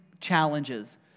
challenges